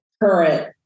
current